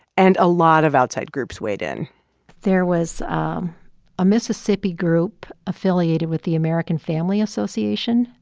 and a lot of outside groups weighed in there was a mississippi group affiliated with the american family association.